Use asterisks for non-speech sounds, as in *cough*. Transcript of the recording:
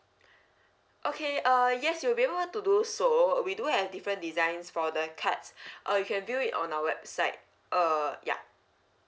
*breath* okay uh yes you'll be able to do so we do have different designs for the cards *breath* or you can view it on our website uh ya